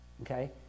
okay